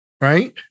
Right